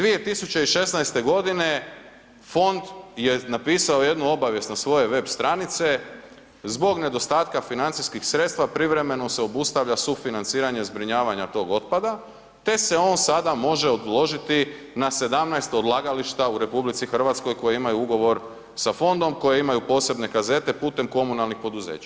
2016. godine fond je napisao jednu obavijest na svoje web stranice, zbog nedostatka financijskih sredstava privremeno se obustavlja sufinanciranje zbrinjavanje tog otpada te se sada on može odložiti na 17 odlagališta u RH koja imaju ugovor sa fondom, koja imaju posebne kazete putem komunalnih poduzeća.